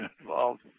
involved